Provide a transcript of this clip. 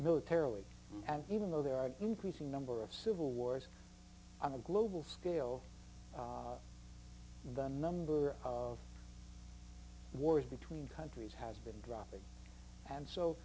militarily and even though there are an increasing number of civil wars on a global scale the number of wars between countries has been dropping and so